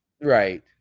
right